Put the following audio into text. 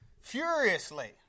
furiously